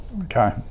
Okay